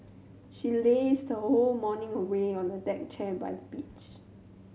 she lazed her whole morning away on a deck chair by the beach